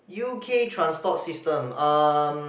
U_K transport system um